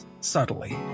subtly